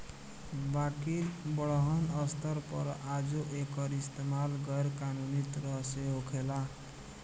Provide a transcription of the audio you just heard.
बाकिर बड़हन स्तर पर आजो एकर इस्तमाल गैर कानूनी तरह से होखेला